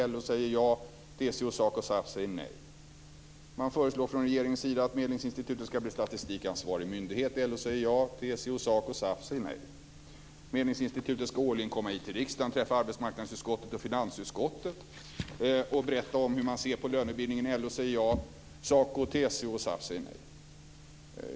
LO säger ja, och TCO, SACO och SAF säger nej. Man förespråkar från regeringens sida att medlingsinstitutet ska bli statistikansvarig myndighet. LO säger ja, och TCO, SACO och SAF säger nej. Medlingsinstitutet ska årligen komma in till riksdagen för att träffa arbetsmarknadsutskottet och finansutskottet och berätta om hur det ser på lönebildningen. LO säger ja, och TCO, SACO och SAF säger nej.